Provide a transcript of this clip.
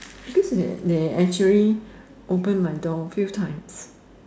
because they actually open my door a few times